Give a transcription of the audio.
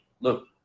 look